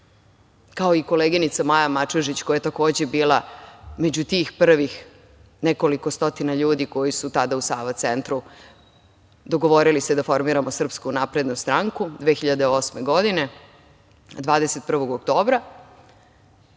kao i koleginica Maja Mačužić, koja je takođe bila među tih prvih nekoliko stotina ljudi koji su tada u Sava centru, dogovorili se da formiramo SNS, 2008. godine, 21. oktobra,